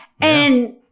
And-